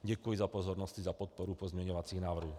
Děkuji za pozornost i podporu pozměňovacím návrhům.